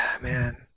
man